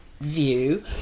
view